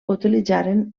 utilitzaren